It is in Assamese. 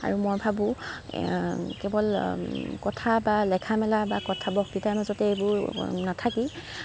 আৰু মই ভাবোঁ কেৱল কথা বা লেখা মেলা বা কথা বক্তৃতাৰ মাজতে এইবোৰ নাথাকি